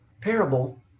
parable